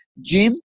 gym